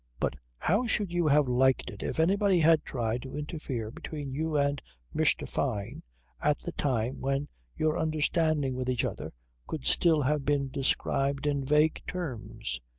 but how should you have liked it if anybody had tried to interfere between you and mr. fyne at the time when your understanding with each other could still have been described in vague terms?